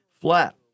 Flat